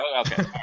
Okay